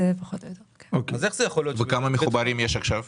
כמה מחוברים יש עכשיו?